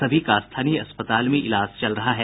सभी का स्थानीय अस्पताल में इलाज चल रहा है